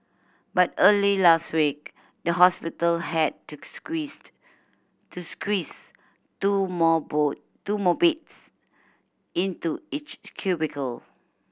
but early last week the hospital had to squeezed to squeeze two more two more beds into each cubicle